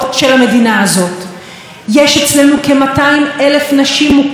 חשופות באיזשהו שלב לסכנת חיים כזאת.